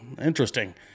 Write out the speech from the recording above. interesting